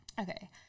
Okay